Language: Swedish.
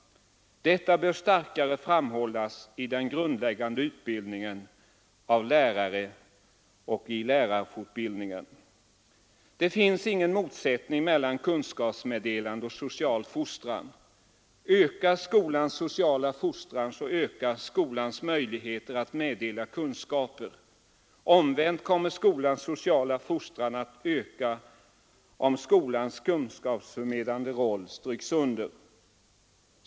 Detta bör starkare framhållas i den grundläggande utbildningen av lärare och i lärarfortbildningen. Det finns ingen motsättning mellan kunskapsmeddelande och social fostran. Ökas skolans sociala fostran, ökas skolans möjligheter att meddela kunskaper. Omvänt kommer skolans sociala fostran att öka, om skolans kunskapsförmedlande roll stryks under.